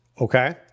Okay